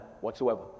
whatsoever